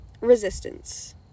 resistance